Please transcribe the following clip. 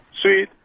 sweet